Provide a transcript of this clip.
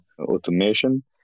automation